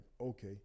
okay